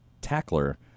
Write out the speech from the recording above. tackler